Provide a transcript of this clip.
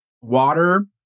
water